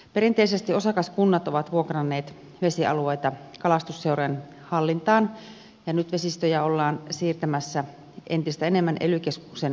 perinteisesti osakaskunnat ovat vuokranneet vesialueita kalastusseurojen hallintaan ja nyt vesistöjä ollaan siirtämässä entistä enemmän ely keskuksen ohjaukseen